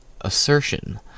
assertion